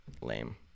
lame